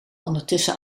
ondertussen